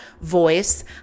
voice